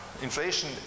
Inflation